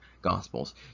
Gospels